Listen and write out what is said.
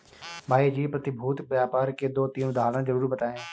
भाई जी प्रतिभूति व्यापार के दो तीन उदाहरण जरूर बताएं?